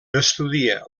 estudia